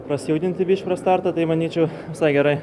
prasijudinti biškį prieš startą tai manyčiau visai gerai